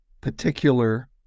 Particular